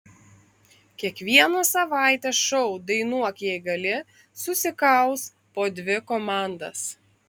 kiekvieną savaitę šou dainuok jei gali susikaus po dvi komandas